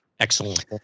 Excellent